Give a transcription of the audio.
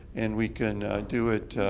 and we can do